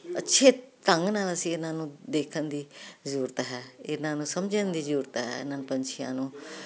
ਅੱਛੇ ਢੰਗ ਨਾਲ ਅਸੀਂ ਇਹਨਾਂ ਨੂੰ ਦੇਖਣ ਦੀ ਜਰੂਰਤ ਹੈ ਇਹਨਾਂ ਨੂੰ ਸਮਝਣ ਦੀ ਜਰੂਰਤ ਹੈ ਇਨਾ ਪੰਛੀਆਂ ਨੂੰ